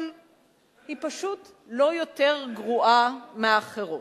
אבל היא פשוט לא יותר גרועה מאחרות.